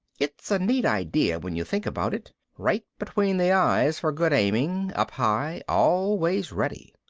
it's a neat idea when you think about it. right between the eyes for good aiming, up high, always ready.